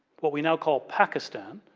what we now call pakistan.